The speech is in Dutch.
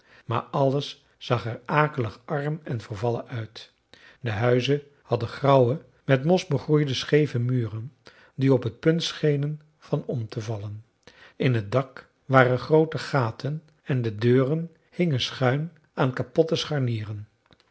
maar alles zag er akelig arm en vervallen uit de huizen hadden grauwe met mos begroeide scheeve muren die op het punt schenen van om te vallen in het dak waren groote gaten en de deuren hingen schuin aan kapotte scharnieren